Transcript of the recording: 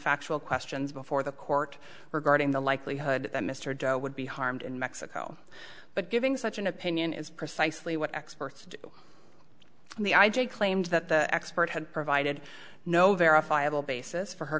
factual questions before the court regarding the likelihood that mr joe would be harmed in mexico but giving such an opinion is precisely what experts the i j a claims that the expert had provided no verifiable basis for her